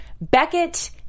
Beckett